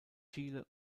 chile